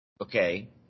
Okay